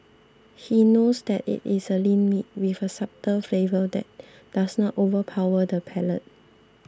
he knows that it is a lean meat with a subtle flavour that does not overpower the palate